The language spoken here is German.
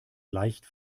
leicht